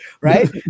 Right